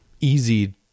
easy